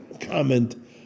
comment